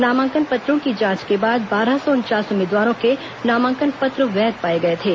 नामांकन पत्रों की जांच के बाद बारह सौ उनचास उम्मीदवारों के नामांकन पत्र वैध पाए गए थे